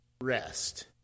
rest